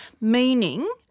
meaning